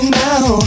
now